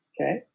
Okay